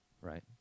right